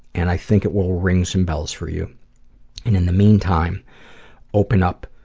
and i think it will ring some bells for you and in the meantime open up.